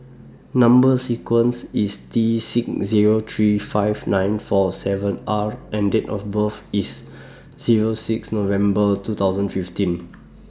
Number sequence IS T six Zero three five nine four seven R and Date of birth IS Zero six November two thousand fifteen